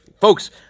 Folks